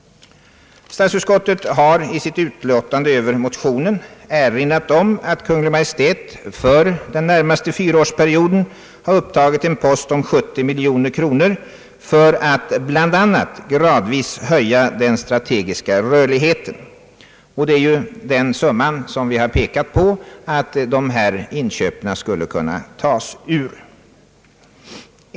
Statsutskottet har i sitt utlåtande över motionen erinrat om att Kungl. Maj:t för den närmaste fyraårsperioden upp tagit en post om 70 miljoner kronor för att bl.a. gradvis höja den strategiska rörligheten. Vi har pekat på att medel för inköpen skulle kunna tas ur denna summa.